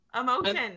emotion